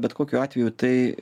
bet kokiu atveju tai